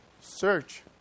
search